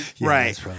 right